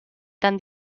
tan